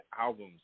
albums